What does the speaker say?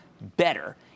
better